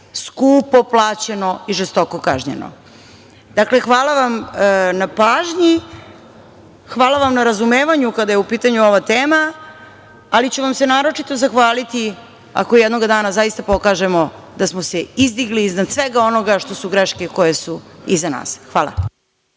skupo plaćeno i žestoko kažnjeno. Dakle, hvala vam na pažnji, hvala vam na razumevanju kada je u pitanju ova tema, ali ću vam se naročito zahvaliti ako jednoga dana zaista pokažemo da smo se izdigli iznad svega onoga što su greške koje su iza nas. Hvala